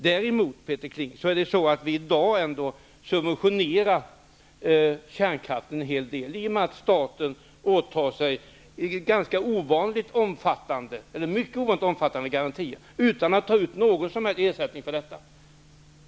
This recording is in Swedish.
Däremot subventionerar vi i dag kärnkraften, i och med att staten åtar sig ovanligt mycket omfattande garantier, utan att ta ut någon som helst ersättning för detta.